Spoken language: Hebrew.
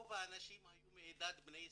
רוב האנשים היו מעדת בני ישראל.